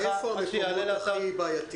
איפה המקומות הכי בעייתיים?